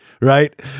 right